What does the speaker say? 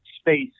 Space